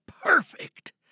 perfect